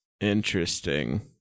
Interesting